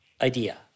idea